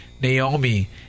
Naomi